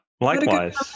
Likewise